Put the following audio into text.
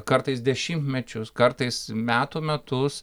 kartais dešimtmečius kartais metų metus